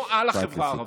לא על החברה הערבית,